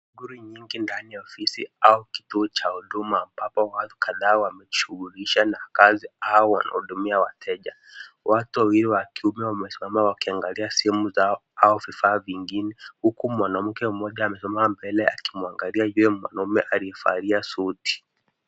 Shughuli nyingi ndani ya ofisi au kituo cha huduma ambapo watu kadhaa wamejishughulisha na kazi au wanahudumia wateja. Watu wawili wa kiume wamesimama wakiangalia simu zao au vifaa vingine huku mwanamke mmoja amesimama mbele akimwangalia yule mwanaume aliyevalia suti.